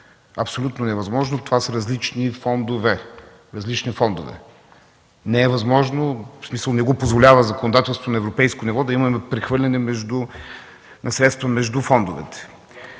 абсолютно невъзможно. Това са различни фондове. Не е възможно, в смисъл не го позволява законодателството на европейско ниво, да имаме прехвърляне на средства между фондовете.